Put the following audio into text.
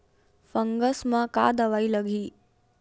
Fungus म का दवाई लगी?